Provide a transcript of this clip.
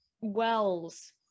wells